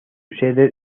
sede